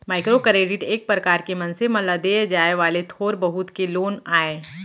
micro credit एक परकार के मनसे मन ल देय जाय वाले थोर बहुत के लोन आय